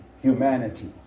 humanity